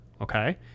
Okay